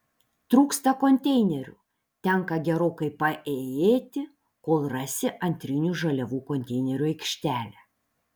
trūksta konteinerių tenka gerokai paėjėti kol rasi antrinių žaliavų konteinerių aikštelę